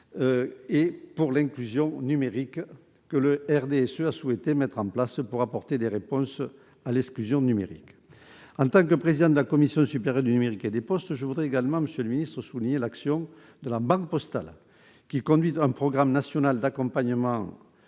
et pour l'inclusion numérique que le groupe RDSE a souhaité mettre en place pour apporter des réponses à l'exclusion numérique. En tant que président de la Commission supérieure du numérique et des postes, je voudrais souligner l'action de la Banque postale, qui conduit un programme national d'accompagnement